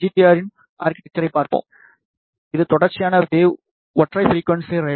ஆரின் ஆர்கிடெக்சரை பார்ப்போம் இது தொடர்ச்சியான வேவ் ஒற்றை ஃபிரிக்குவன்ஸி ரேடார்